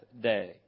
day